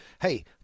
hey